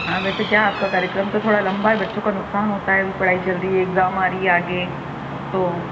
हाँ वैसे क्या आपका कार्यक्रम तो थोड़ा लंबा है बच्चों का नुकसान होता है अभी पढ़ाई चल रही हैं एक्जाम आ रही हैं आगे तो